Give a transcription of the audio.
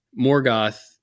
Morgoth